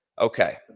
Okay